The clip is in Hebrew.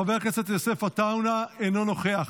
חבר הכנסת יוסף עטאונה, אינו נוכח.